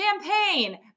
champagne